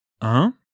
Un